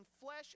flesh